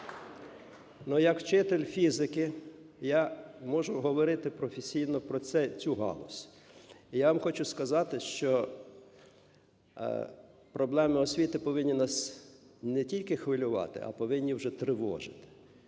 як вчитель фізики я можу говорити професійно про це, цю галузь. Я вам хочу сказати, що проблеми освіти повинні нас не тільки хвилювати, а повинні вже тривожити.